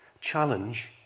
challenge